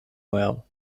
well